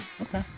Okay